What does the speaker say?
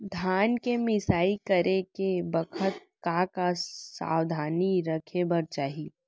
धान के मिसाई करे के बखत का का सावधानी रखें बर चाही?